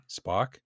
Spock